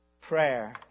prayer